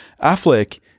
Affleck-